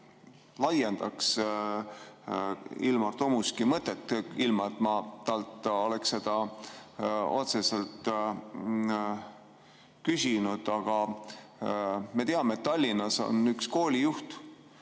laiendaks Ilmar Tomuski mõtet, ilma et ma talt oleks seda otseselt küsinud. Aga me teame, et Tallinnas on üks koolijuht,